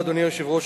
אדוני היושב-ראש,